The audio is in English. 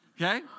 okay